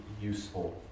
useful